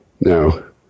no